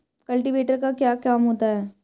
Cultivator का क्या काम होता है?